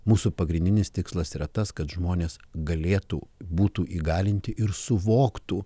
mūsų pagrindinis tikslas yra tas kad žmonės galėtų būtų įgalinti ir suvoktų